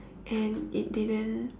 and it didn't